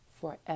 forever